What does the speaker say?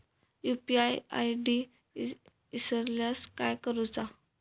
UPI I D इसरल्यास काय करुचा?